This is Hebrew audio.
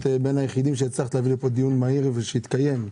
את בין היחידים שהצלחת להביא לכאן דיון מהיר ושהוא יתקיים.